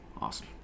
Awesome